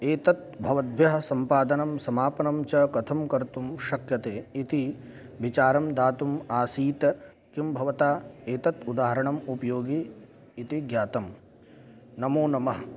एतत् भवद्भ्यः सम्पादनं समापनं च कथं कर्तुं शक्यते इति विचारं दातुम् आसीत् किं भवता एतत् उदाहरणम् उपयोगी इति ज्ञातं नमो नमः